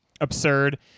absurd